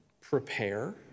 prepare